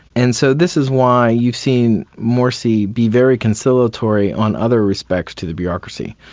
and so this is why you've seen morsi be very conciliatory on other respects to the bureaucracy.